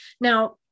Now